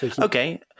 Okay